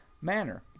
manner